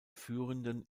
führenden